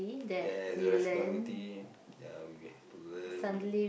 yes the responsibility ya we have to learn